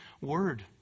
word